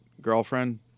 girlfriend